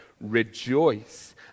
Rejoice